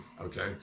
okay